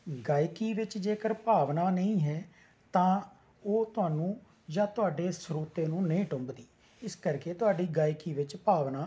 ਗਾਇਕੀ ਵਿੱਚ ਜੇਕਰ ਭਾਵਨਾ ਨਹੀਂ ਹੈ ਤਾਂ ਉਹ ਤੁਹਾਨੂੰ ਜਾਂ ਤੁਹਾਡੇ ਸਰੋਤੇ ਨੂੰ ਨਹੀਂ ਟੁੰਬਦੀ ਇਸ ਕਰਕੇ ਤੁਹਾਡੀ ਗਾਇਕੀ ਵਿੱਚ ਭਾਵਨਾ